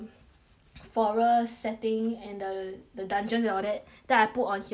forest setting and the the dungeon and all that then I put on here and then I sell